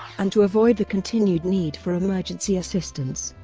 and to avoid the continued need for emergency assistance.